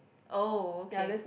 oh okay